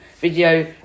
video